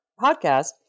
podcast